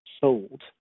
sold